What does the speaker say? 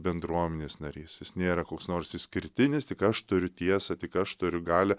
bendruomenės narys jis nėra koks nors išskirtinis aš turiu tiesą tik aš turiu galią